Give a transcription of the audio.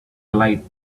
light